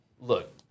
look